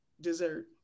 dessert